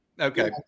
Okay